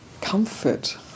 comfort